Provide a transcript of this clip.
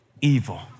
evil